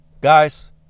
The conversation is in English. guys